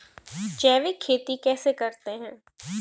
जैविक खेती कैसे करते हैं?